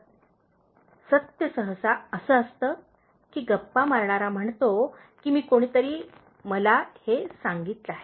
" तर सत्य सहसा असे असते की गप्पा मारणारा म्हणतो की कोणीतरी मला तसे सांगितले